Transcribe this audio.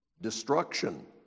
destruction